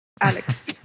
Alex